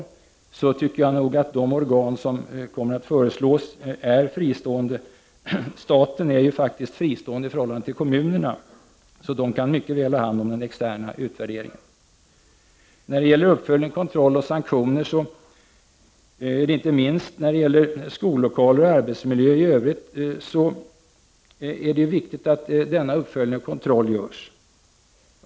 Jag tycker att de organ som kommer att föreslås är fristående. Staten är faktiskt fristående i förhållande till kommunerna, så de kan mycket väl ha hand om den externa utvärderingen. När det gäller uppföljning, kontroll och sanktioner vill jag säga att det, inte minst när det gäller skollokaler och arbetsmiljöer i övrigt, är viktigt att en uppföljning och kontroll görs.